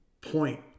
point